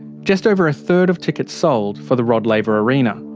just over a third of tickets sold for the rod laver arena.